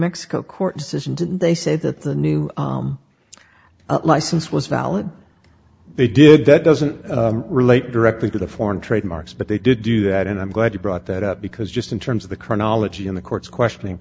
mexico court decision did they say that the new license was valid they did that doesn't relate directly to the foreign trademarks but they did do that and i'm glad you brought that up because just in terms of the chronology in the court's questioning